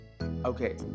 Okay